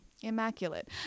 immaculate